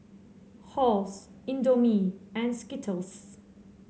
Halls Indomie and Skittles